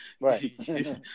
Right